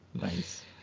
Nice